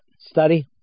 Study